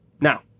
now